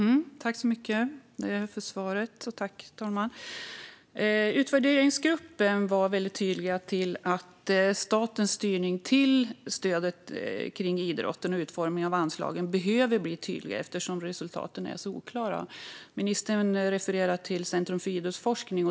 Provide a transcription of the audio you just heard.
Fru talman! Tack så mycket för svaret! Utvärderingsgruppen var väldigt tydlig med att statens styrning av stödet till idrotten och utformningen av anslagen behöver bli tydligare, eftersom resultaten är så oklara. Ministern refererade till Centrum för idrottsforskning.